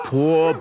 Poor